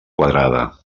quadrada